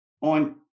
on